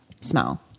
smell